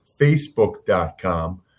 facebook.com